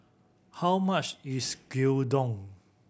how much is Gyudon